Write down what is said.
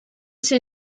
sie